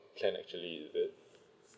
plan actually is it